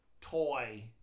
toy